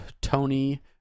Tony